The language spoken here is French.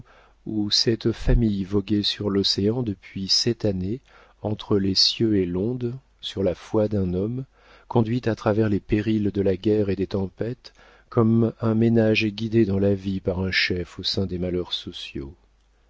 où cette famille voguait sur l'océan depuis sept années entre les cieux et l'onde sur la foi d'un homme conduite à travers les périls de la guerre et des tempêtes comme un ménage est guidé dans la vie par un chef au sein des malheurs sociaux